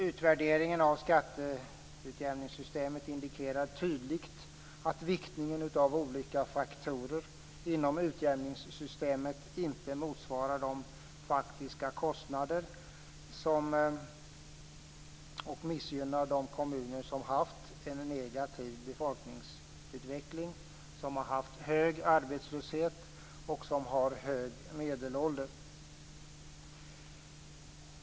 Utvärderingen av skatteutjämningssystemet indikerar tydligt att viktningen av olika faktorer inom utjämningssystemet inte motsvarar de faktiska kostnaderna och missgynnar de kommuner som haft en negativ befolkningsutveckling och hög arbetslöshet och som har hög medelålder.